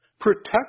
Protect